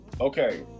Okay